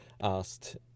asked